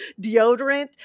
deodorant